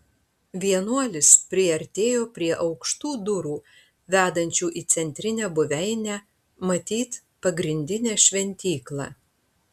vienuolis priartėjo prie aukštų durų vedančių į centrinę buveinę matyt pagrindinę šventyklą